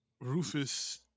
Rufus